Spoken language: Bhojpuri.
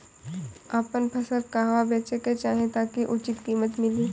आपन फसल कहवा बेंचे के चाहीं ताकि उचित कीमत मिली?